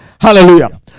Hallelujah